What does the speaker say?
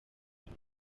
muri